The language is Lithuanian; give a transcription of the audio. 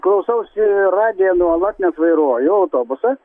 klausausi radijo nuolat net vairuoju autobusą